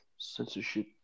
Censorship